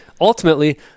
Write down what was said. Ultimately